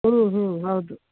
ಹ್ಞೂ ಹ್ಞೂ ಹೌದು